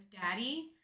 Daddy